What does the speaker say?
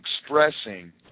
expressing